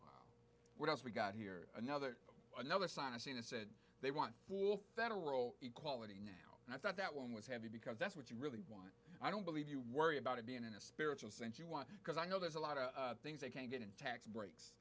right what else we got here another another sign of siena said they want full federal equality now and i thought that one was heavy because that's what you really want i don't believe you worry about it being in a spiritual sense you want because i know there's a lot of things that can get in tax breaks